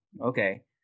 okay